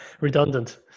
redundant